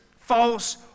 false